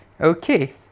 Okay